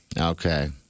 Okay